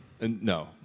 No